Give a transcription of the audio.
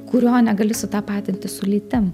kurio negali sutapatinti su lytim